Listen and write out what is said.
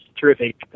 terrific